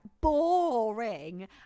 boring